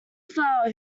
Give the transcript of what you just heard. flower